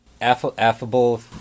affable